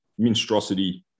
minstrosity